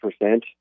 percent